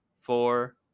four